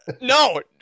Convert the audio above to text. no